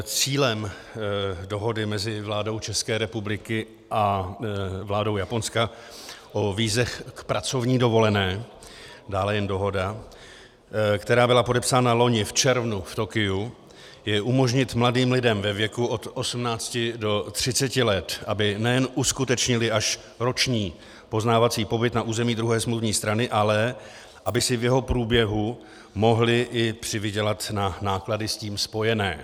Cílem Dohody mezi vládou České republiky a vládou Japonska o vízech k pracovní dovolené, dále jen dohoda, která byla podepsána loni v červnu v Tokiu, je umožnit mladým lidem ve věku od 18 do 30 let, aby nejen uskutečnili až roční poznávací pobyt na území druhé smluvní strany, ale aby si v jeho průběhu mohli i přivydělat na náklady s tím spojené.